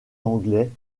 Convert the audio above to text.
anglais